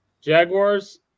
Jaguars